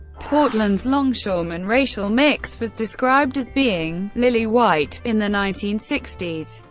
portland's longshoremen racial mix was described as being lily-white in the nineteen sixty s,